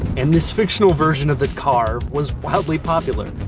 and this fictional version of the car was wildly popular.